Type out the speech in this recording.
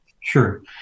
Sure